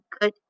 good